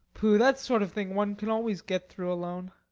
pooh that sort of thing one can always get through alone.